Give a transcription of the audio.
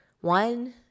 one